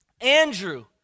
Andrew